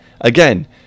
Again